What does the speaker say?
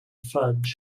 fudge